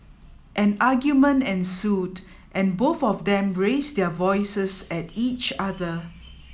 an argument ensued and both of them raised their voices at each other